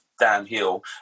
downhill